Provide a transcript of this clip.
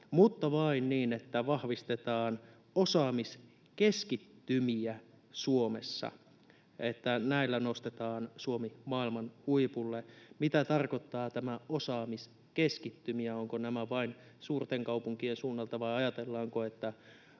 mutta vain niin, että vahvistetaan osaamiskeskittymiä Suomessa ja että näillä nostetaan Suomi maailman huipulle. Mitä tarkoittaa tämä ”osaamiskeskittymiä”? Ovatko nämä vain suurten kaupunkien suunnalta, vai ajatellaanko, että